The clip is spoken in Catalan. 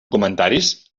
comentaris